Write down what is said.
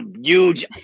huge